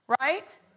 Right